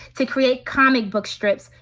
to create comic book strips,